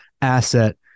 asset